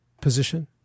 position